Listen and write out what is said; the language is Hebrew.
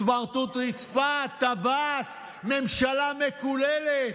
"סמרטוט רצפה", "טווס", "ממשלה מקוללת".